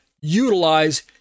utilize